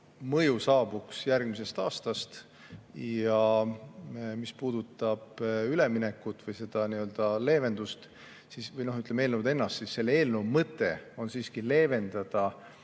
mõju saabuks järgmisest aastast. Mis puudutab üleminekut, seda leevendust, või ütleme, eelnõu ennast, siis selle eelnõu mõte on siiski leevendada